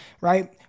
right